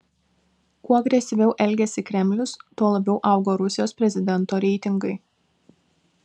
kuo agresyviau elgėsi kremlius tuo labiau augo rusijos prezidento reitingai